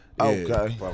Okay